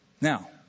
Now